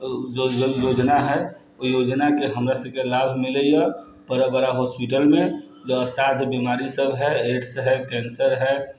जे योजना हय ओइ योजनाके हमरा सभके लाभ मिलैय बड़ा बड़ा हॉस्पिटलमे जे असाध बीमारी सभ हय एड्स हय कैन्सर हय